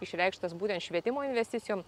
išreikštas būtent švietimo investicijom